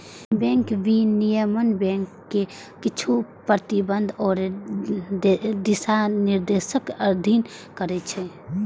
bank विनियमन bank कें किछु प्रतिबंध आ दिशानिर्देशक अधीन करै छै